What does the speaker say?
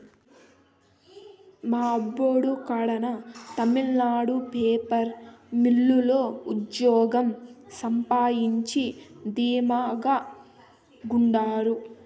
మా అబ్బోడు కడాన తమిళనాడు పేపర్ మిల్లు లో ఉజ్జోగం సంపాయించి ధీమా గుండారు